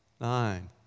nine